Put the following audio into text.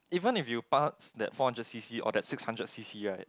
even if you pass that four hundred C_C or that six hundred C_C right